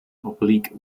oblique